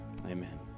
Amen